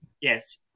yes